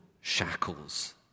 shackles